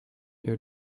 your